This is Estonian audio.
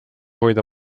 hoida